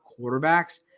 quarterbacks